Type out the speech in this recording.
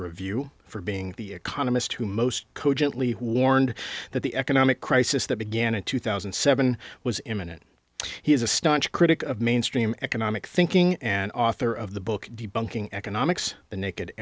review for being the economist who most cogently warned that the economic crisis that began in two thousand and seven was imminent he is a staunch critic of mainstream economic thinking and author of the book debunking economics the n